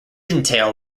entail